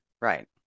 right